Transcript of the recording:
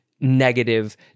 negative